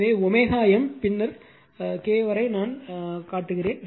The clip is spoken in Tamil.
எனவே M பின்னர் K வரை நான் காட்டுகிறேன்